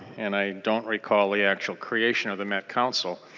and i don't recall the actual creation of the met council.